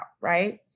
right